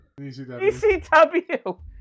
ECW